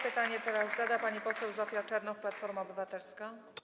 Pytanie zada teraz pani poseł Zofia Czernow, Platforma Obywatelska.